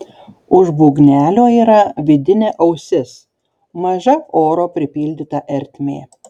už būgnelio yra vidinė ausis maža oro pripildyta ertmė